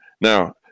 Now